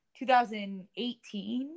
2018